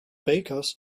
bakers